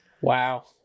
Wow